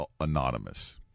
anonymous